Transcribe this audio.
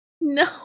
no